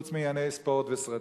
חוץ מענייני ספורט וסרטים.